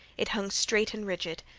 it hung straight and rigid.